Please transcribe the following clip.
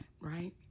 right